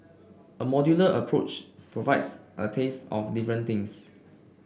a modular approach provides a taste of different things